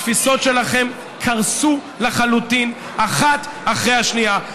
התפיסות שלכם קרסו לחלוטין אחת אחרי השנייה.